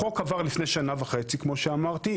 החוק עבר לפני שנה וחצי, כמו שאמרתי.